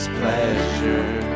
pleasure